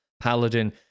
Paladin